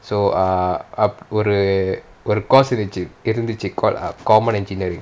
so uh ஒரு:oru course இருந்துச்சி:irunthuchi called err common engineering